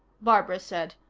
barbara said.